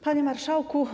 Panie Marszałku!